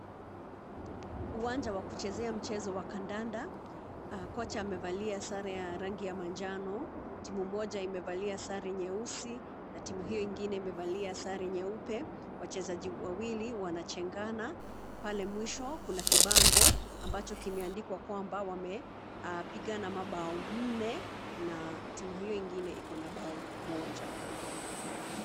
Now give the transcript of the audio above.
Uwanja wa kuchezea mchezo wa kandanda. Kocha amevalia sare ya rangi ya manjano. Timu moja imevalia sare nyeusi na timu hiyo ingine imevalia sare nyeupe. Wachezaji wawili wanachengana pale mwisho kuna kibango ambacho kimeandikwa kwamba wamepigana mabao nne na timu hiyo ingine ikona bao moja.